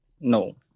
No